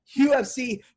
UFC